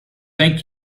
thank